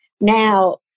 Now